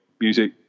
music